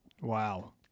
Wow